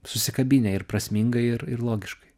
susikabinę ir prasmingai ir ir logiškai